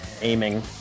aiming